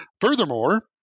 Furthermore